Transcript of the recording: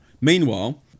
Meanwhile